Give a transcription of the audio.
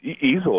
easily